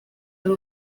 ari